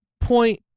point